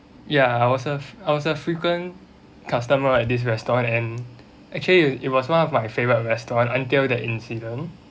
ya I was a I was a frequent customer at this restaurant and actually it was one of my favorite restaurant until that incident